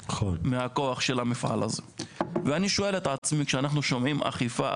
מהכוח של המפעל הזה ואני שואל את עצמי כשאנחנו שומעים אכיפה,